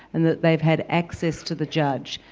and that they've had access to the judge,